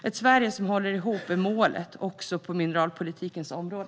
Ett Sverige som håller ihop är målet, också på mineralpolitikens område.